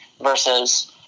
versus